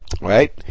Right